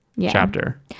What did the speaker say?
chapter